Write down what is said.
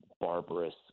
barbarous